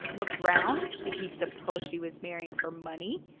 look round? did he suppose she was marrying for money?